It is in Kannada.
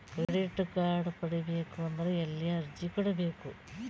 ಕ್ರೆಡಿಟ್ ಕಾರ್ಡ್ ಪಡಿಬೇಕು ಅಂದ್ರ ಎಲ್ಲಿ ಅರ್ಜಿ ಕೊಡಬೇಕು?